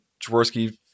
Jaworski